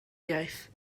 iaith